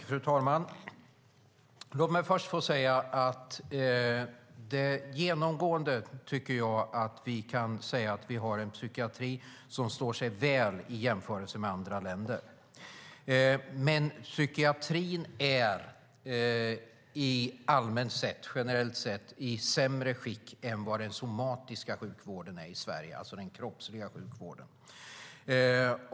Fru talman! Genomgående tycker jag att vi kan säga att vi har en psykiatri som står sig väl i jämförelse med andra länder. Men psykiatrin är generellt sett i sämre skick än vad den somatiska sjukvården är i Sverige, alltså den kroppsliga sjukvården.